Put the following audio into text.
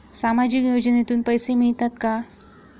सामाजिक योजनेतून पैसे मिळतात का?